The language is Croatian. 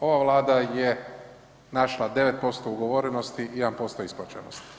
Ova vlada je našla 9% ugovorenosti i 1% isplaćenosti.